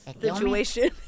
situation